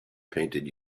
painted